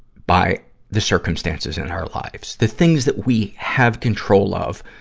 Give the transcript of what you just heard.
by the circumstances in our lives. the things that we have control of,